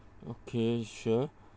okay sure